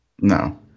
No